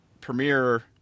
premiere